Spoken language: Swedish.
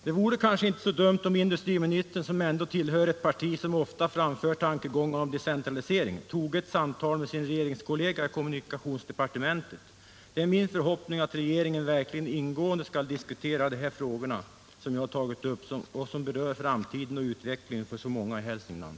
Det vore kanske inte så dumt om industriministern, som ändå tillhör ett parti som ofta framför tankegångar om decentralisering, toge ett samtal med sin regeringskollega i kommunikationsdepartementet. Det är min förhoppning att regeringen verkligen ingående skall diskutera dessa frågor som jag tagit upp och som berör framtiden och utvecklingen för många i Hälsingland.